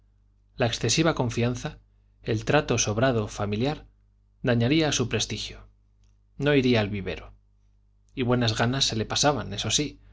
la excesiva confianza el trato sobrado familiar dañaría a su prestigio no iría al vivero y buenas ganas se le pasaban eso sí